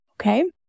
okay